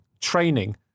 training